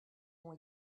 ont